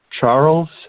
Charles